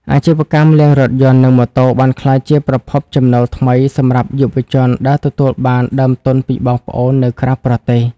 អាជីវកម្មលាងរថយន្ត និងម៉ូតូបានក្លាយជាប្រភពចំណូលថ្មីសម្រាប់យុវជនដែលទទួលបានដើមទុនពីបងប្អូននៅក្រៅប្រទេស។